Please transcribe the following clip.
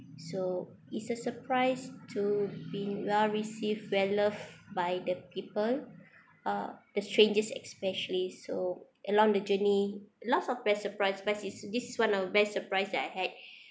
so it's a surprise to be well received well loved by the people uh the strangers especially so along the journey lots of best surprise best is this is one of best surprise that I had